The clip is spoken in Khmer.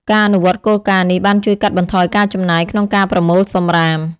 ការអនុវត្តគោលការណ៍នេះបានជួយកាត់បន្ថយការចំណាយក្នុងការប្រមូលសំរាម។